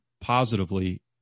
positively